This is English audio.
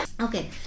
Okay